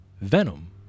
Venom